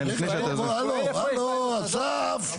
הלו אסף?